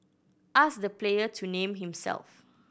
ask the player to name himself